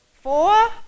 Four